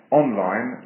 online